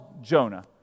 Jonah